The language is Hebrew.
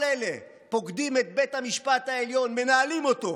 כל אלה פוקדים את בית המשפט העליון, מנהלים אותו.